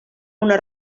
una